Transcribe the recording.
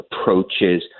approaches